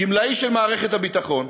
גמלאי של מערכת הביטחון,